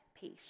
peace